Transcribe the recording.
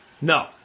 No